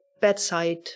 bedside